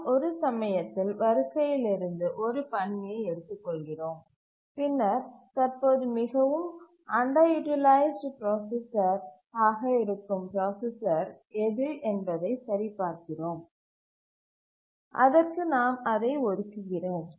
நாம் ஒரு சமயத்தில் வரிசையில் இருந்து ஒரு பணியை எடுத்துக்கொள்கிறோம் பின்னர் தற்போது மிகவும் அண்டர் யூட்டிலைசிடு பிராசசர் ஆக இருக்கும் பிராசசர் எது என்பதை சரிபார்க்கிறோம் அதற்கு நாம் அதை ஒதுக்குகிறோம்